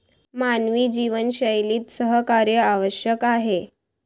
मानवी जीवनशैलीत सहकार्य आवश्यक आहे